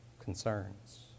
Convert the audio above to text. concerns